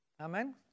Amen